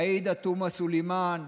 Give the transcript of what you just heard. עאידה תומא סלימאן,